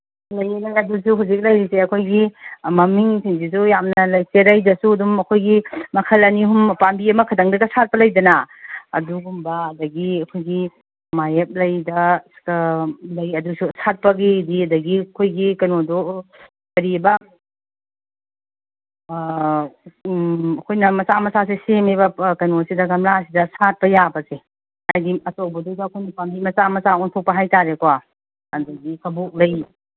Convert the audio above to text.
ꯂꯩꯌꯦ ꯑꯗꯨꯁꯨ ꯍꯧꯖꯤꯛ ꯂꯩꯔꯤꯁꯦ ꯑꯩꯈꯣꯏꯒꯤ ꯃꯃꯤꯡꯁꯤꯡꯁꯤꯁꯨ ꯌꯥꯝꯅ ꯂꯩ ꯆꯦꯔꯩꯗꯁꯨ ꯑꯗꯨꯝ ꯑꯩꯈꯣꯏꯒꯤ ꯃꯈꯟ ꯑꯅꯤ ꯑꯍꯨꯝ ꯄꯥꯝꯕꯤ ꯑꯃꯈꯛꯇꯪꯗꯒ ꯁꯥꯠꯄ ꯂꯩꯗꯅ ꯑꯗꯨꯒꯨꯝꯕ ꯑꯗꯒꯤ ꯑꯩꯈꯣꯏꯒꯤ ꯃꯥꯌꯦꯞ ꯂꯩꯗ ꯂꯩ ꯑꯗꯨꯁꯨ ꯁꯥꯠꯄꯒꯤꯗꯤ ꯑꯗꯒꯤ ꯑꯩꯈꯣꯏꯒꯤ ꯀꯩꯅꯣꯗꯣ ꯀꯔꯤꯕꯥ ꯑꯩꯈꯣꯏꯅ ꯃꯆꯥ ꯃꯆꯥꯁꯦ ꯁꯦꯝꯃꯦꯕ ꯀꯩꯅꯣꯁꯤꯗ ꯒꯝꯂꯥꯁꯤꯗ ꯁꯥꯠꯄ ꯌꯥꯕꯁꯦ ꯍꯥꯏꯗꯤ ꯑꯆꯧꯕꯗꯨꯗ ꯑꯩꯈꯣꯏ ꯄꯥꯝꯕꯤ ꯃꯆꯥ ꯃꯆꯥ ꯑꯣꯟꯊꯣꯛꯄ ꯍꯥꯏ ꯇꯥꯔꯦꯀꯣ ꯑꯗꯒꯤ ꯀꯕꯣꯛꯂꯩ